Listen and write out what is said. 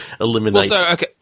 eliminate